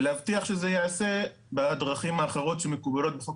ולהבטיח שזה ייעשה בדרכים האחרות שמקובלות בחוק